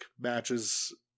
matches